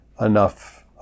enough